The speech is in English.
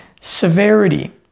severity